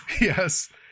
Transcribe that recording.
Yes